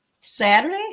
Saturday